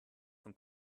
von